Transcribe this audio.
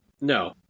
no